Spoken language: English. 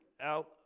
out